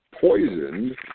poisoned